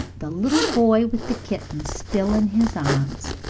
the little boy with the kitten still in his arms.